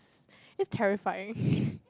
it's terrifying